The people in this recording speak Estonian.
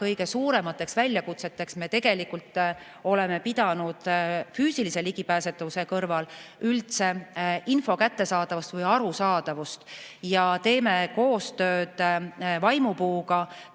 kõige suuremateks väljakutseteks me oleme pidanud füüsilise ligipääsetavuse kõrval üldse info kättesaadavust või arusaadavust. Teeme koostööd Vaimupuuga,